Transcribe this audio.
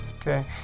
Okay